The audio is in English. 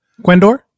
Gwendor